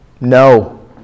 No